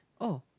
oh